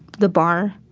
the bar,